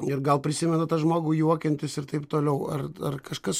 ir gal prisimenat tą žmogų juokiantis ir taip toliau ar ar kažkas